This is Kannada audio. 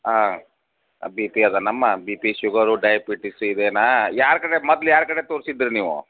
ಹಾಂ ಬಿ ಪಿ ಇದೇನಮ್ಮ ಬಿ ಪಿ ಶುಗರು ಡೈಯಬಿಟಿಸು ಇದೇಯಾ ಯಾರ ಕಡೆ ಮೊದ್ಲು ಯಾರ ಕಡೆ ತೋರ್ಸಿದ್ರಿ ನೀವು